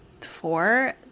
four